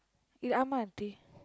uh ஆமா:aama auntie